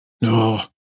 No